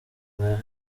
nka